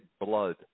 blood